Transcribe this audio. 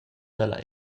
dalla